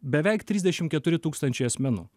beveik trisdešim keturi tūkstančiai asmenų